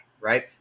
right